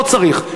לא צריך.